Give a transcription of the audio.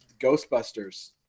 Ghostbusters